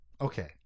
Okay